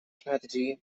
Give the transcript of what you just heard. strategy